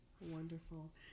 Wonderful